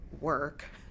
work